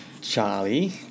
Charlie